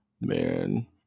Man